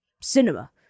cinema